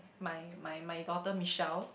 my my my daughter Michelle